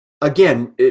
Again